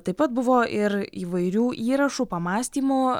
taip pat buvo ir įvairių įrašų pamąstymų